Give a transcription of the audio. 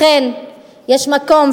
לכן יש מקום,